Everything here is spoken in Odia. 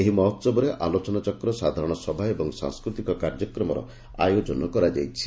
ଏହି ମହୋହବରେ ଆଲୋଚନାଚକ୍ର ସାଧାରଣ ସଭା ଏବଂ ସଂସ୍କୃତିକ କାର୍ଯ୍ୟକ୍ମର ଆୟୋଜନ କରାଯାଇଛି